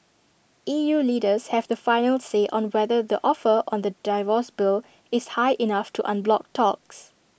E U leaders have the final say on whether the offer on the divorce bill is high enough to unblock talks